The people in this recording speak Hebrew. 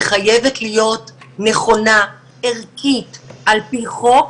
היא חייבת להיות נכונה וערכית על פי חוק,